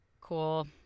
Cool